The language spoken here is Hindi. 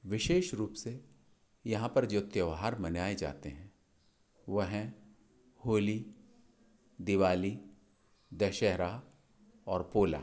विशेष रूप से यहाँ पर जो त्यौहार मनाए जाते हैं वह होली दिवाली दशहरा और पोला